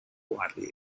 widely